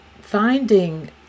Finding